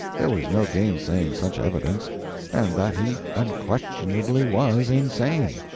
there was no gainsaying such evidence and that he unquestionably was insane!